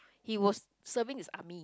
he was serving his army